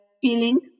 feeling